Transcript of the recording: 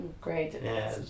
great